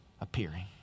appearing